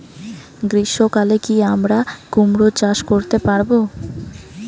গ্রীষ্ম কালে কি আমরা কুমরো চাষ করতে পারবো?